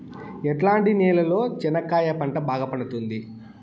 ఎట్లాంటి నేలలో చెనక్కాయ పంట బాగా పండుతుంది?